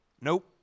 nope